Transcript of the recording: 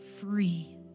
free